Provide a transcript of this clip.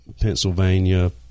pennsylvania